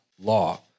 Law